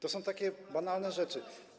To są takie banalne rzeczy.